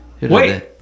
Wait